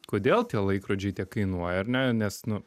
kodėl tie laikrodžiai tiek kainuoja ar ne nes nu